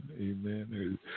Amen